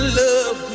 love